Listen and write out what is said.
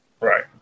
Right